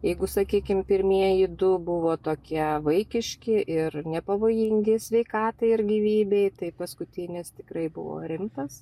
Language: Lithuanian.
jeigu sakykim pirmieji du buvo tokie vaikiški ir nepavojingi sveikatai ar gyvybei tai paskutinis tikrai buvo rimtas